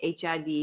HIV